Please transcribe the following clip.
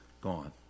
gone